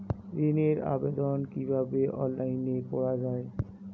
ঋনের আবেদন কিভাবে অনলাইনে করা যায়?